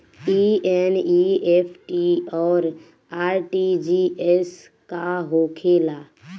ई एन.ई.एफ.टी और आर.टी.जी.एस का होखे ला?